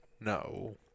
No